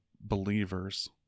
believers